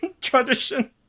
Tradition